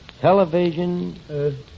television